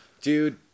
Dude